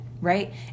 Right